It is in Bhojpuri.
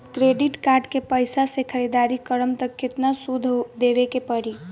क्रेडिट कार्ड के पैसा से ख़रीदारी करम त केतना सूद देवे के पड़ी?